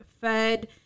fed